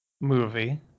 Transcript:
movie